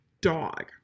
dog